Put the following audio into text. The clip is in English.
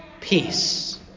peace